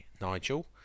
Nigel